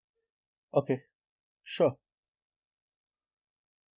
okay sure